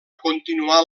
continuar